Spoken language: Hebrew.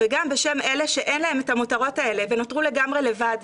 וגם בשם אלה שאין להם את המותרות האלה ונותרו לגמרי לבד,